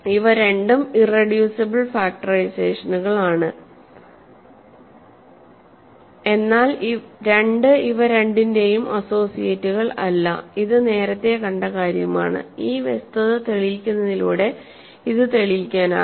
ഇവ രണ്ടും ഇറെഡ്യൂസിബിൾ ഫാക്ടറൈസേഷനുകളാണ് എന്നാൽ 2 ഇവ രണ്ടിന്റെയും അസ്സോസിയേറ്റുകൾ അല്ല ഇത് നേരത്തെ കണ്ട കാര്യമാണ് ഈ വസ്തുത തെളിയിക്കുന്നതിലൂടെ ഇത് തെളിയിക്കാനാകും